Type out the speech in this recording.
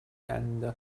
and